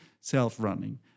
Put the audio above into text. self-running